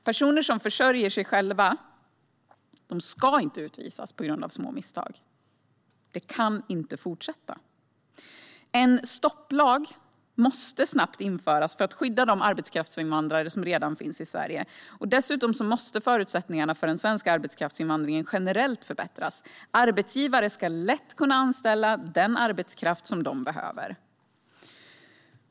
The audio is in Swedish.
Personer som försörjer sig själva ska inte utvisas på grund av små misstag. Detta kan inte fortsätta. En stopplag måste snabbt införas för att skydda de arbetskraftsinvandrare som redan finns i Sverige. Dessutom måste förutsättningarna för den svenska arbetskraftsinvandringen generellt förbättras. Arbetsgivare ska lätt kunna anställa den arbetskraft som de behöver.